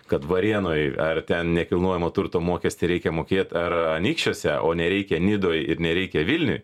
kad varėnoj ar ten nekilnojamo turto mokestį reikia mokėt ar anykščiuose o nereikia nidoj ir nereikia vilniuj